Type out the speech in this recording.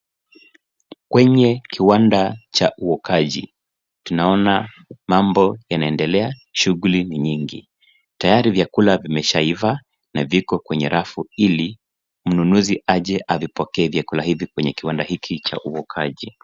Kwenye kiwanda cha uukaji, tunaona mambo yanaendelea shughuli ni nyingi. Tayari vyakula vimeshaiva na viko kwenye rafu, ili mnunuzi aje avipokee vyakula hivi kwenye kiwanda hiki cha uukaji.